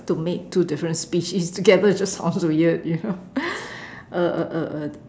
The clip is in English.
to mate two different species together it just sounds weird you know uh uh uh uh